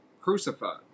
crucified